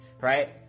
right